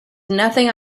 nothing